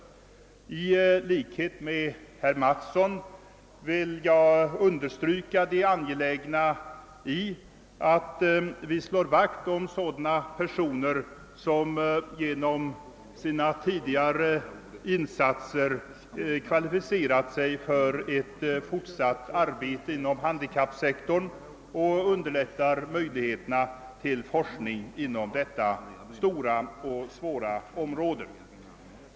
I likhet med herr Mattsson vill jag understryka angelägenheten av att ta vara på sådana personer som genom sina insatser kvalificerat sig för ett fortsatt arbete inom handikappsektorn och att underlätta forskning på detta stora och svåra område.